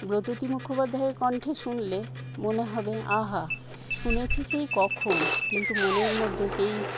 ব্রততী মুখোপাধ্যায়ের কণ্ঠে শুনলে মনে হবে আহা শুনেছি সেই কখন কিন্তু মনের মধ্যে সেই